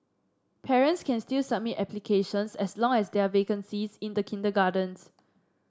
parents can still submit applications as long as there are vacancies in the kindergartens